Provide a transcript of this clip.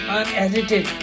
unedited